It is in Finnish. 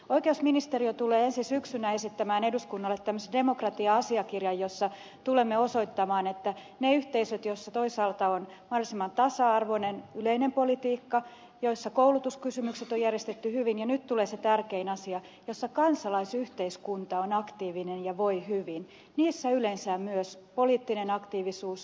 oikeusministeriö tulee ensi syksynä esittämään eduskunnalle tämmöisen demokratia asiakirjan jossa tulemme osoittamaan että niissä yhteisöissä joissa toisaalta on mahdollisimman tasa arvoinen yleinen politiikka joissa koulutuskysymykset on järjestetty hyvin ja nyt tulee se tärkein asia joissa kansalaisyhteiskunta on aktiivinen ja voi hyvin niissä yleensä myös poliittinen aktiivisuus äänestysprosentti on korkea